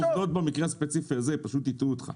שהעובדות במקרה הספציפי הזה פשוט הטעו אותך.